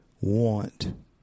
want